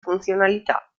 funzionalità